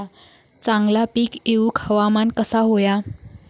चांगला पीक येऊक हवामान कसा होया?